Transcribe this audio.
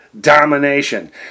domination